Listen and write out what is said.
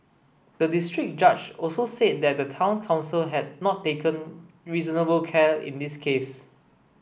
the district judge also said that the town council had not taken reasonable care in this case